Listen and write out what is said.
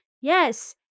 Yes